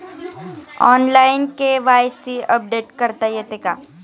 Online KYC update करता येते का?